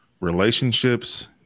relationships